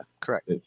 correct